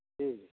ठीक